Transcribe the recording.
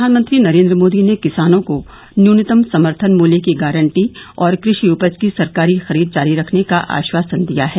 प्रधानमंत्री नरेंद्र मोदी ने किसानों को न्यूनतम समर्थन मूल्य की गारंटी और कृषि उपज की सरकारी खरीद जारी रखने का आश्वासन दिया है